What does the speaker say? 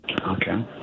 Okay